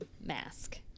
mask